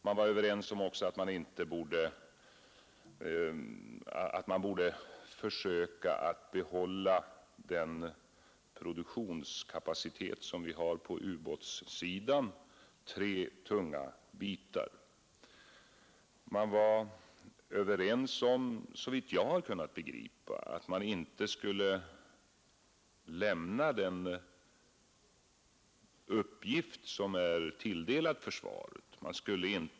Vidare var man överens om att man borde försöka behålla den produktionskapacitet som vi har på ubåtssidan. Detta är tre tunga bitar. Man var också överens om, såvitt jag har kunnat begripa, att man inte skulle lämna den uppgift som är tilldelad försvaret.